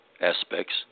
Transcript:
aspects